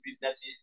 businesses